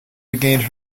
regained